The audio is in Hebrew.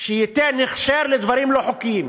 שייתן הכשר לדברים לא חוקיים.